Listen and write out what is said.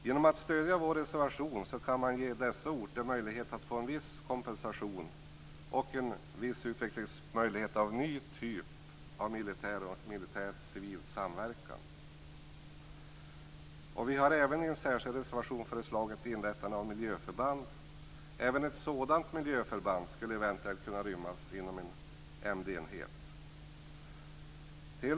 Genom att stödja vår reservation kan man ge dessa orter möjlighet att få en viss kompensation och en viss utvecklingsmöjlighet av ny typ av militär-civil samverkan. Vi har även i en särskild reservation föreslagit inrättande av miljöförband. Även ett sådant miljöförband skulle eventuellt kunna rymmas inom en MD-enhet.